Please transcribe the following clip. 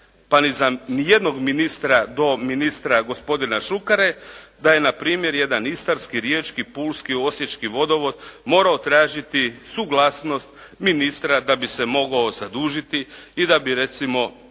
za nijednog ministra do ministra gospodina Šukera da je na primjer jedan istarski, riječki, pulski, osječki vodovod morao tražiti suglasnost ministra da bi se mogao zadužiti i da bi recimo